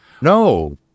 No